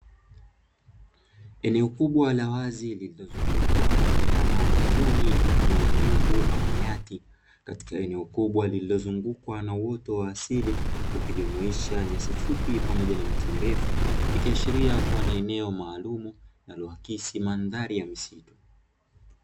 Eneo kubwa la wazi lililozungukwa na wanyama na mwituni mfano wa Nyumbu ama Nyati. Katika eneo kubwa lililozungukwa na uoto wa asili ikijumuisha nyasi fupi pamoja na miti mirefu, ikiashiria kuwa ni eneo maalumu linaloakisi mandhari ya misitu.